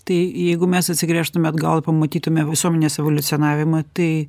tai jeigu mes atsigręžtume atgal pamatytume visuomenės evoliucionavimą tai